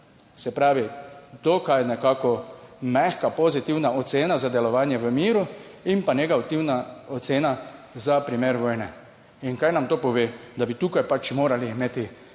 se pravi, dokaj nekako mehka pozitivna ocena za delovanje v miru in pa negativna ocena za primer vojne. In kaj nam to pove? Da bi tukaj pač morali imeti